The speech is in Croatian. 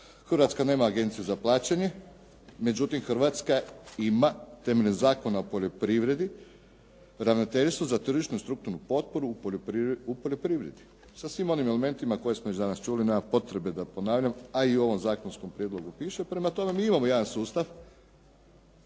Hrvatska nema agenciju za plaćanje. Međutim, Hrvatska ima temeljem Zakona o poljoprivredi Ravnateljstvo za tržišno i strukturnu potporu u poljoprivredi sa svim onim elementima koje smo već danas čuli. Nema potrebe da ponavljam, a i u ovom zakonskom prijedlogu piše. Prema tome, mi imamo jedan sustav